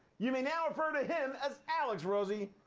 you may now refer to him as alex, rosie.